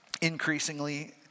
increasingly